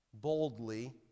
boldly